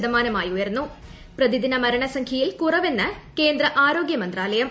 ശതമാനമായി ഉയർന്നു പ്രതിദിന മരണസംഖ്യയിൽ കുറവെന്ന് കേന്ദ്ര ആരോഗ്യമന്ത്രാലയം